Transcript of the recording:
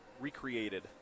recreated